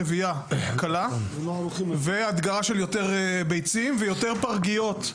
רבייה והדגרה של יותר ביצים ויותר פרגיות,